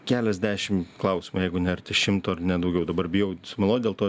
keliasdešim klausimų jeigu ne arti šimto ar net daugiau dabar bijau sumeluot dėl to